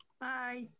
Bye